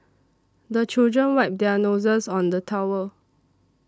the children wipe their noses on the towel